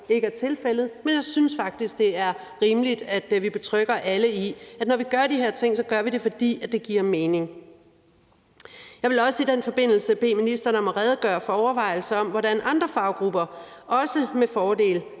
ikke er tilfældet, men jeg synes faktisk, det er rimeligt, at vi betrygger alle i, at vi, når vi gør de her ting, så gør det, fordi det giver mening. Jeg vil i den forbindelse også bede ministeren om at redegøre for overvejelser om, hvordan andre faggrupper også med fordel